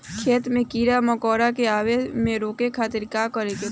खेत मे कीड़ा मकोरा के आवे से रोके खातिर का करे के पड़ी?